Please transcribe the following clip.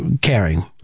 caring